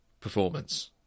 performance